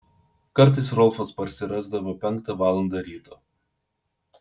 kartais rolfas parsirasdavo penktą valandą ryto